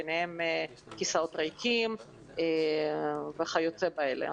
ביניהם כיסאות ריקות וכיוצא באלה.